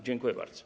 Dziękuję bardzo.